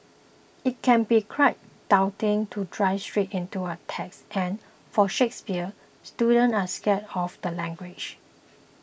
it can be quite daunting to dive straight into a text and for Shakespeare students are scared of the language